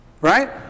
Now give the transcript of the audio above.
right